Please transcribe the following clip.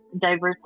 diversity